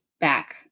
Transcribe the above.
back